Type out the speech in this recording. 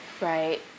Right